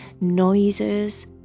noises